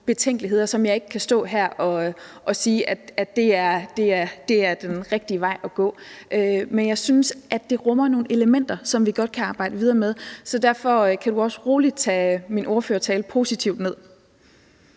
betænkeligheder, som gør, at jeg ikke kan stå her og sige, at det er den rigtige vej at gå. Men jeg synes, at det rummer nogle elementer, som vi godt kan arbejde videre med, så derfor kan du også roligt tage min ordførertale positivt ned.